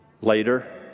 Later